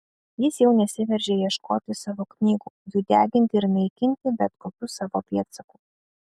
jis jau nesiveržė ieškoti savo knygų jų deginti ir naikinti bet kokių savo pėdsakų